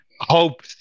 hope